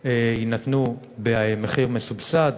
יינתנו במחיר מסובסד,